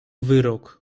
wyrok